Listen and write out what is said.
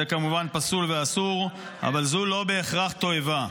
זה כמובן פסול ואסור, אבל זה לא בהכרח תועבה.